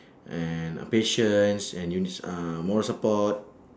and uh patience and uni~ uh moral support